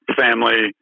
family